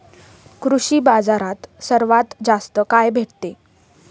कृषी बाजारात सर्वात स्वस्त काय भेटते?